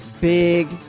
big